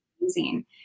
amazing